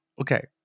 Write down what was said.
okay